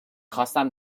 خواستم